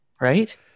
Right